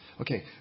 Okay